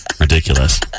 Ridiculous